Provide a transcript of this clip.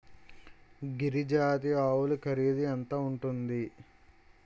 గిరి జాతి ఆవులు ఖరీదు ఎంత ఉంటుంది?